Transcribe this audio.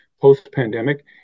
post-pandemic